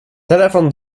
telefon